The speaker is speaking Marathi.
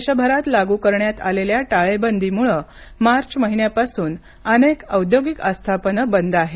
देशभरात लागू करण्यात आलेल्या टाळेबदीमुळे मार्च महिन्या पासून अनेक औद्योगिक आस्थापनं बंद आहेत